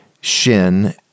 shin